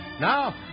Now